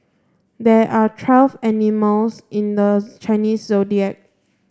there are twelve animals in the Chinese Zodiac